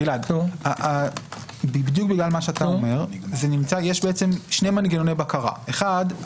גלעד בדיוק בגלל מה שאתה אומר יש שני מנגנוני בקרה: אחד,